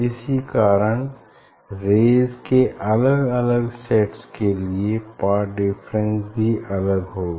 इसी कारण रेज़ के अलग अलग सेट्स के लिए पाथ डिफरेन्स भी अलग होगा